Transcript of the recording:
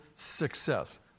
Success